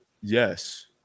Yes